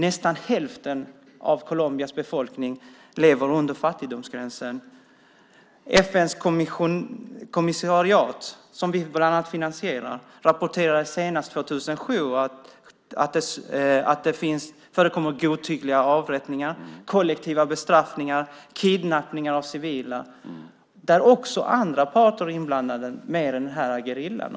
Nästan hälften av Colombias befolkning lever under fattigdomsgränsen. FN:s kommissariat, som bland annat vi finansierar, rapporterade senast 2007 att det förekommer godtyckliga avrättningar, kollektiva bestraffningar och kidnappningar av civila där också andra parter är inblandade mer än den här gerillan.